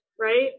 right